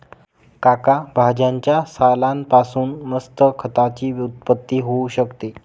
काका भाज्यांच्या सालान पासून मस्त खताची उत्पत्ती होऊ शकते